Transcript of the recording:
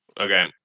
Okay